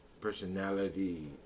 personality